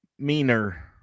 meaner